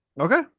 Okay